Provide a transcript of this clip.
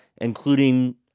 including